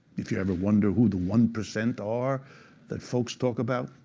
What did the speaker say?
if you ever wonder who the one percent are that folks talk about,